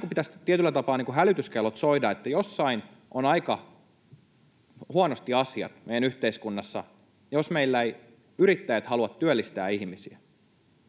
Tässä pitäisi tietyllä tapaa hälytyskellot soida, että jossain on aika huonosti asiat meidän yhteiskunnassa, jos meillä eivät yrittäjät halua työllistää ihmisiä.